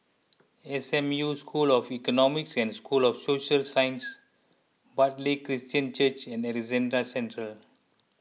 S M U School of Economics and School of Social Sciences Bartley Christian Church and Alexandra Central